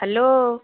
hello